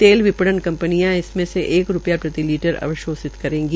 तेल विपणन कंपनियां इसमें से एक रूपया प्रति लीटर अवशोषित करेगी